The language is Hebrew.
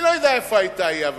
אני לא יודע איפה היתה אי-הבנה,